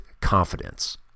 confidence